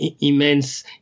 immense